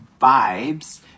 vibes